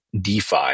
DeFi